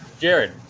Jared